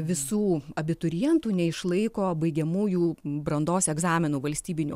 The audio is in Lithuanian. visų abiturientų neišlaiko baigiamųjų brandos egzaminų valstybinių